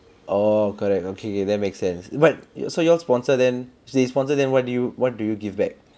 orh correct okay that makes sense [what] you so you all sponsor then they sponsor then what do you what do you give back